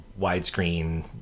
widescreen